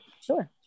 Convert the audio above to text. Sure